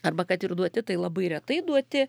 arba kad ir duoti tai labai retai duoti